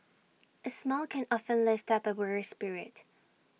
A smile can often lift up A weary spirit